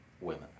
women